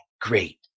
great